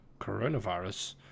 coronavirus